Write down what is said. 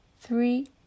three